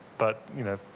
but, you know,